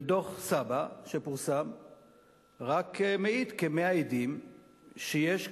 ודוח סבא"א שפורסם רק מעיד כמאה עדים שיש,